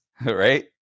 right